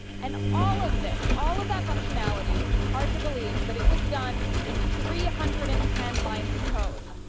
and all of this, all of that functionality, hard to believe, but it was done in three hundred and ten lines of code.